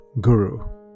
guru